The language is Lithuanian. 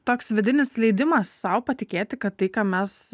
toks vidinis leidimas sau patikėti kad tai ką mes